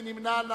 מי נמנע?